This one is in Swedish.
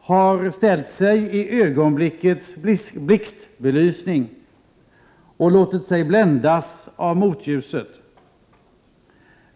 har ställt sig i ögonblickets blixtbelysning och låtit sig bländas av motljuset.